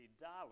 dollar